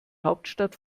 hauptstadt